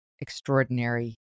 extraordinary